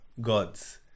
gods